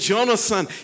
Jonathan